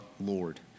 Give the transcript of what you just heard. Lord